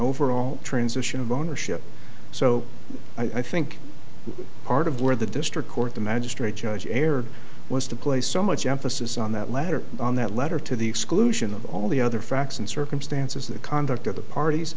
overall transition of ownership so i think part of where the district court the magistrate judge erred was to place so much emphasis on that letter on that letter to the exclusion of all the other facts and circumstances the conduct of the parties